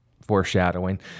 foreshadowing